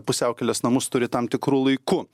pusiaukelės namus turi tam tikru laiku